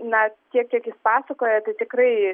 na tiek kiek jis pasakoja tai tikrai